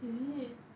is it